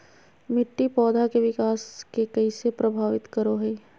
मिट्टी पौधा के विकास के कइसे प्रभावित करो हइ?